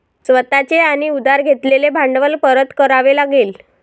स्वतः चे आणि उधार घेतलेले भांडवल परत करावे लागेल